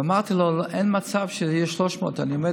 ואמרתי לו: אין מצב שזה יהיה 300. אני עומד